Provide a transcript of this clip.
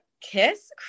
kiss